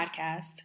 podcast